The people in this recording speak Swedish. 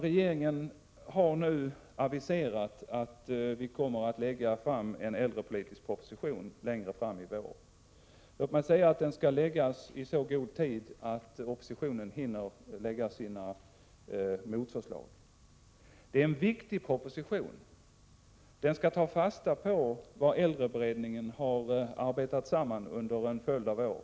Regeringen har nu aviserat att vi kommer att lägga fram en äldrepolitisk proposition längre fram i vår. Den skall framläggas i så god tid att oppositionen hinner föra fram motförslag. Det är en viktig proposition. Den skall ta fasta på de ståndpunkter som äldreberedningen har utarbetat under en följd av år.